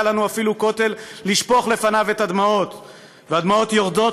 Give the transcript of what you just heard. לנו אפילו כותל כדי לשפוך לפניו הדמעות // והדמעות יורדות,